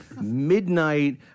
midnight